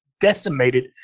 decimated